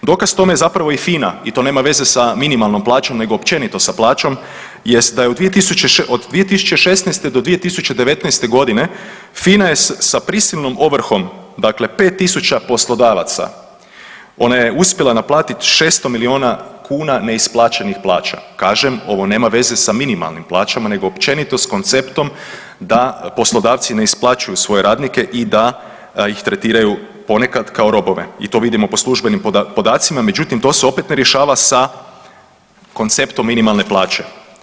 Dokaz tome je FINA i to nema veze sa minimalnom plaćom nego općenito sa plaćom jest da je od 2016. do 2019.g. FINA je sa prisilnom ovrhom dakle 5000 poslodavaca, ona je uspjela naplatit 600 milijuna kuna neisplaćenih plaća, kažem ovo nema veze sa minimalnim plaćama nego općenito s konceptom da poslodavci ne isplaćuju svoje radnike i da ih tretiraju ponekad kao robove i to vidim po službenim podacima, međutim to se opet ne rješava sa konceptom minimalne plaće.